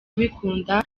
abikunda